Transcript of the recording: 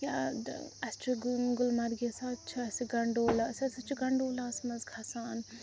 یا اَسہِ چھُ گُل گُلمَرگہِ سا چھُ اَسہِ گَنٛڈولا أسۍ ہَسا چھِ گَنڈولاہَس منٛز کھَسان